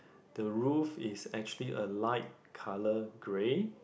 the roof is actually a light colour grey